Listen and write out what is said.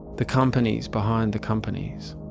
the companies behind the companies.